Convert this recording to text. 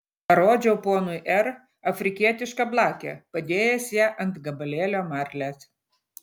parodžiau ponui r afrikietišką blakę padėjęs ją ant gabalėlio marlės